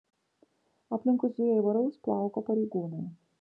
aplinkui zuja įvairaus plauko pareigūnai